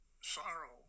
sorrow